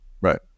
Right